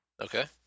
Okay